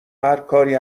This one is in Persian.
هرکاری